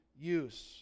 use